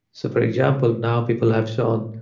so for example now people have shown,